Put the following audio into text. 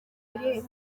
biri